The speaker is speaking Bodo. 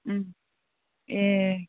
एह